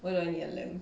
what do I need a lamp